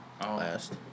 last